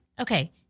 Okay